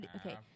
okay